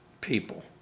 people